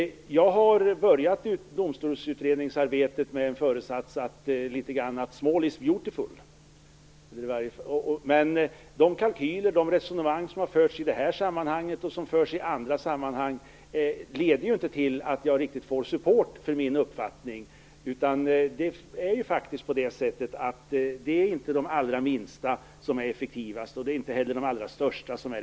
Jag har börjat domstolsutredningsarbetet med föresatsen att small is beautiful. Men de kalkyler och resonemang som förts fram i det här sammanhanget, och som förs fram andra sammanhang, leder inte till att jag får support för min uppfattning. Det är inte de allra minsta tingsrätterna som är effektivast, och det är inte heller de allra största.